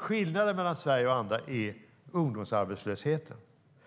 Skillnaden mellan Sverige och andra är ungdomsarbetslösheten.